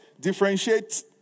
differentiate